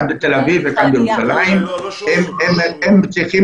אחד בתל אביב ואחד בירושלים והם צריכים